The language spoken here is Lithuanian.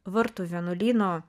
vartų vienuolyno